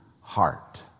heart